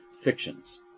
fictions